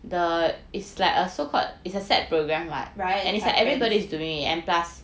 right it happens